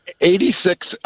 Eighty-six